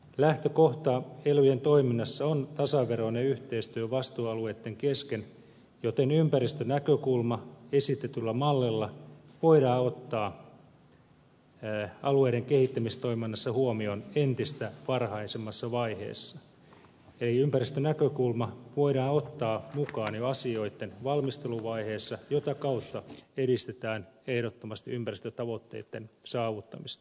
lähtökohta elyjen toiminnassa on tasaveroinen yhteistyö vastuualueitten kesken joten ympäristönäkökulma esitetyllä mallilla voidaan ottaa alueiden kehittämistoiminnassa huomioon entistä varhaisemmassa vaiheessa eli ympäristönäkökulma voidaan ottaa mukaan jo asioitten valmisteluvaiheessa mitä kautta edistetään ehdottomasti ympäristötavoitteitten saavuttamista